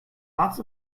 lots